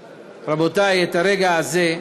רבותי, את הרגע הזה.